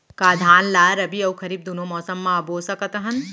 का धान ला रबि अऊ खरीफ दूनो मौसम मा बो सकत हन?